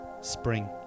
Spring